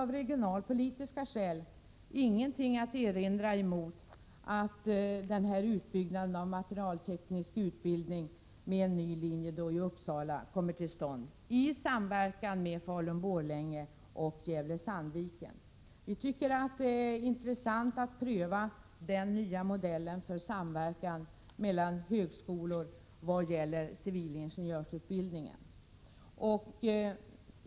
av regionalpolitiska skäl ingenting att erinra mot att utbyggnaden av den materialtekniska utbildningen med en ny linje i Uppsala kommer till stånd i samverkan med Falun Sandviken. Vi tycker att det är intressant att pröva den nya modellen för samverkan mellan högskolor i vad gäller civilingenjörsutbildningen.